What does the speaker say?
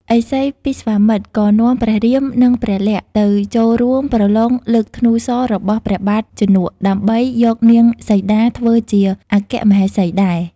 ឥសីពិស្វាមិត្រ ក៏នាំព្រះរាម និង ព្រះលក្សណ៍ទៅចូលរួមប្រឡងលើកធ្នូសររបស់ព្រះបាទជនក ដើម្បីយកនាងសីតាធ្វើជាអគ្គមហេសីដែរ។